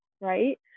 Right